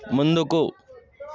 ముందుకు